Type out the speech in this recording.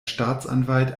staatsanwalt